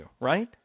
Right